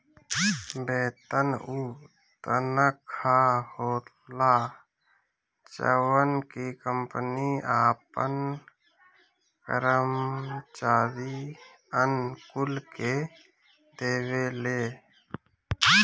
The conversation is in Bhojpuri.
वेतन उ तनखा होला जवन की कंपनी आपन करम्चारिअन कुल के देवेले